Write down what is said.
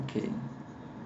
okay